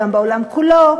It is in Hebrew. גם בעולם כולו,